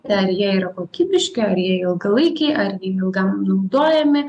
ten jie yra kokybiški ar jie ilgalaikiai ar jie ilgam naudojami